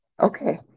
Okay